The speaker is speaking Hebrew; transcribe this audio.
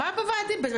מה ארבעה חודשים,